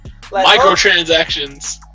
Microtransactions